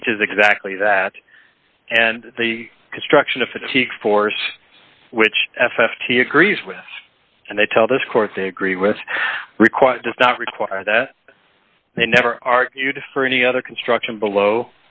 teaches exactly that and the construction of fatigue force which f f t agrees with and they tell this court they agree with required does not require that they never argued for any other construction below